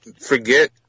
Forget